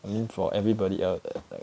I mean for everybody out there like